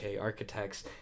architects